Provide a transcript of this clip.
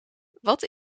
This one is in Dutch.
wat